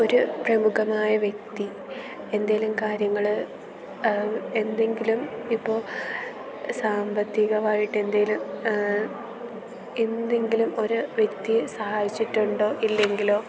ഒരു പ്രമുഖമായ വ്യക്തി എന്തെങ്കിലും കാര്യങ്ങൾ എന്തെങ്കിലും ഇപ്പോൾ സാമ്പത്തികമായിട്ട് എന്തെങ്കിലും എന്തെങ്കിലും ഒരു വ്യക്തി സഹായിച്ചിട്ടുണ്ടോ ഇല്ലെങ്കിലോ